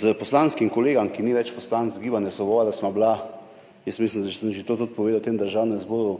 S poslanskim kolegom, ki ni več poslanec Gibanja Svoboda, sva bila, jaz mislim, da sem že to povedal tudi v Državnem zboru,